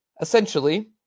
essentially